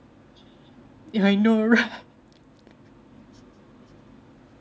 ya I know right